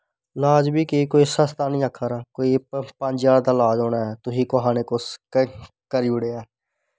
लाज़ बी केह् कोई सस्ता नी आक्खा दा पंज हज़ार दा लाज़ होना ऐ तुगी कुसा नै कुछ करी ओड़ेआ ऐ